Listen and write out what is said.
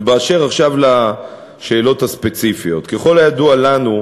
2 3. באשר לשאלות הספציפיות, ככל הידוע לנו,